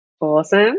Awesome